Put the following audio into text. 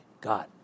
God